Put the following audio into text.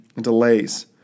delays